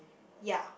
ya